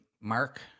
Mark